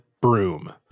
broom